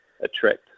attract